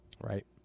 right